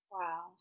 Wow